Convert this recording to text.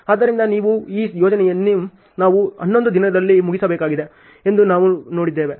ಆದ್ದರಿಂದ ನೀವು ಈ ಯೋಜನೆಯನ್ನು ನಾವು ಹನ್ನೊಂದನೇ ದಿನದಲ್ಲಿ ಮುಗಿಸಬೇಕಾಗಿದೆ ಎಂದು ನಾವು ನೋಡಿದ್ದೇವೆ